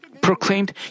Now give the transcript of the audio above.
proclaimed